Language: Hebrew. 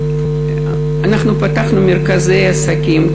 אנחנו פתחנו מרכזי עסקים,